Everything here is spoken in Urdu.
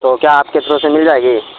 تو کیا آپ کے طروں سے مل جائے گی